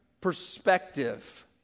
perspective